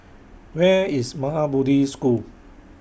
Where IS Maha Bodhi School